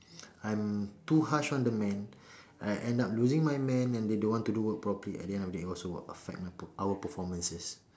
I'm too harsh on the men I end up losing my men and they don't want to do work properly at the end of the day it also will affect my our performances